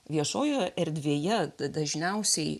viešojoje erdvėje dažniausiai